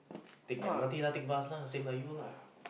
take M_R_T lah take bus lah same like you lah